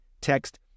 text